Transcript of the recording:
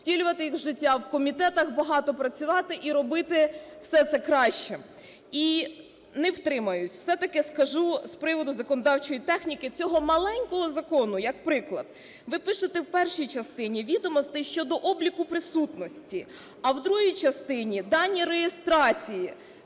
втілювати їх в життя в комітетах, багато працювати і робити все це краще. І не втримаюсь. Все-таки скажу з приводу законодавчої техніки цього маленького закону. Як приклад, ви пишете в першій частині відомостей щодо обліку присутності, а в другій частині дані реєстрації.